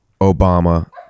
Obama